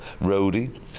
roadie